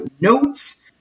notes